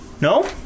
No